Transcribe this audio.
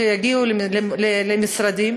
שיגיעו למשרדים